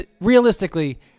realistically